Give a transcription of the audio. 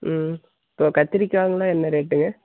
ம் அப்புறம் கத்திரிக்காயெங்கலாம் என்ன ரேட்டுங்க